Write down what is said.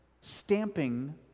stamping